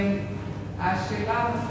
אם זה באמת